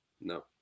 No